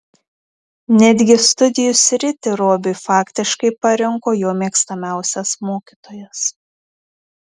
netgi studijų sritį robiui faktiškai parinko jo mėgstamiausias mokytojas